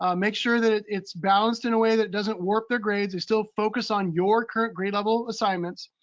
ah make sure that it's balanced in a way that doesn't warp their grades. they still focus on your current grade level assignments.